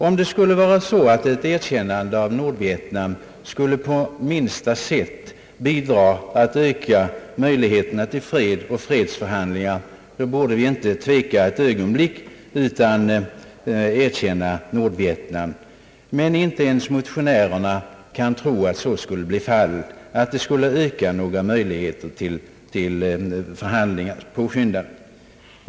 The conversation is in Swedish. Om ett erkännande av Nordvietnam på minsta sätt skulle bidra till att öka möjligheterna till fred och fredsförhandlingar borde vi inte tveka ett ögonblick utan erkänna Nordvietnam. Men inte ens motionärerna kan tro att så skulle bli fallet, dvs. att ett erkännande skulle öka möjligheterna till och påskynda förhandlingar.